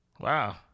Wow